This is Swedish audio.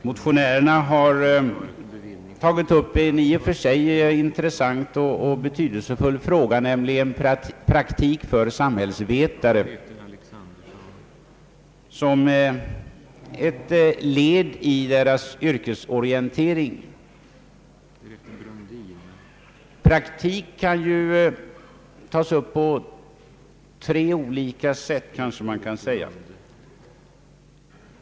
Motionärerna har tagit upp en i och för sig intressant och betydelsefull fråga, nämligen praktik för samhällsvetare som ett led i deras yrkesorientering. Praktik kan ju förekomma på tre olika sätt.